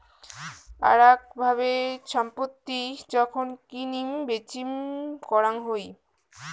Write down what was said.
আরাক ভাবে ছম্পত্তি যখন কিনিম বেচিম করাং হই